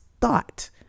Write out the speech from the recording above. thought